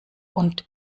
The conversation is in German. und